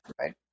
right